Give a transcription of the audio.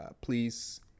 please